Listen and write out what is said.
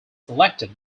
selected